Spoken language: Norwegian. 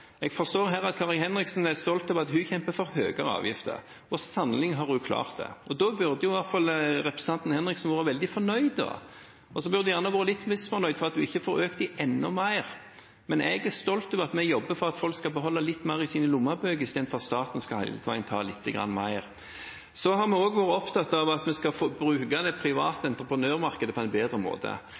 og sannelig har hun klart det. Da burde i hvert fall representanten Henriksen vært veldig fornøyd, og hun burde gjerne vært litt misfornøyd med at hun ikke får økt dem enda mer. Men jeg er stolt av at vi jobber for at folk skal få beholde litt mer i sine lommebøker, i stedet for at staten hele veien skal ta litt mer. Vi har også vært opptatt av at vi skal få bruke det private entreprenørmarkedet på en bedre måte.